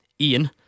Ian